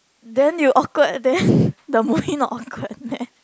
then you awkward then the movie not awkward meh